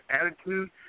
attitude